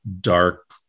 dark